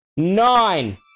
Nine